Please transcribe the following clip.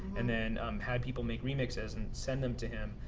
and then had people make remixes and send them to him.